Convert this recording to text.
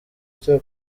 cya